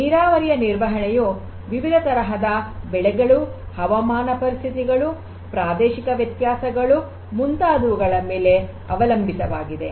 ನೀರಾವರಿಯ ನಿರ್ವಹಣೆಯು ವಿವಿಧ ತರಹದ ಬೆಳೆಗಳು ಹವಾಮಾನ ಪರಿಸ್ಥಿತಿಗಳು ಪ್ರಾದೇಶಿಕ ವ್ಯತ್ಯಾಸಗಳು ಮುಂತಾದವುಗಳ ಮೇಲೆ ಅವಲಂಬಿತವಾಗಿದೆ